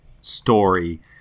story